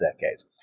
decades